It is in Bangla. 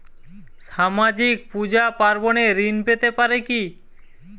সামাজিক পূজা পার্বণে ঋণ পেতে পারে কি?